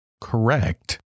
correct